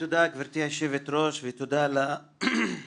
תודה גבירתי היושבת ראש ותודה למציעים.